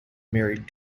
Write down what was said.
married